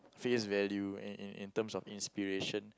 face value and and in terms of inspiration